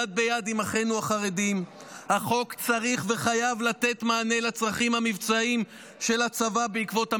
החוק צריך וחייב לתת מענה לצרכים המבצעיים של הצבא בעקבות המלחמה.